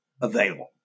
available